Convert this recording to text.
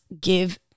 Give